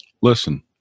Listen